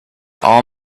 all